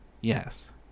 Yes